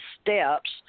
steps